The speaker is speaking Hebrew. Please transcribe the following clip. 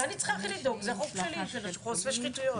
זה אני צריכה לדאוג זה החוק שלי על חושפי שחיתויות.